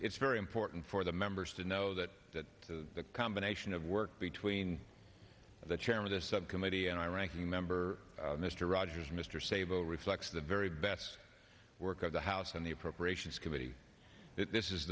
it's very important for the members to know that that is the combination of work between the chairman the subcommittee and i ranking member mr rogers mr sable reflects the very best work of the house and the appropriations committee th